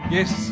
Yes